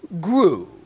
grew